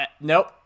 nope